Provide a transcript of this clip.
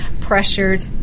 pressured